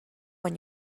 when